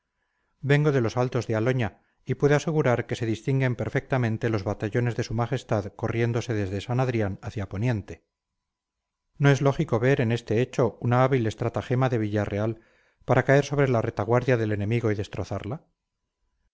vengo de los altos de aloña y puedo asegurar que se distinguen perfectamente los batallones de su majestad corriéndose desde san adrián hacia poniente no es lógico ver en este hecho una hábil estratagema de villarreal para caer sobre la retaguardia del enemigo y destrozarla